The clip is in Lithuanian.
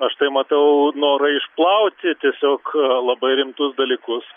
aš tai matau norą išplauti tiesiog labai rimtus dalykus